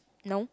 no